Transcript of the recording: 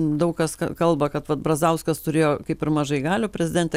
daug kas kalba kad vat brazauskas turėjo kaip ir mažai galių prezidentė